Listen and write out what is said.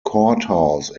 courthouse